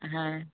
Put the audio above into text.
হ্যাঁ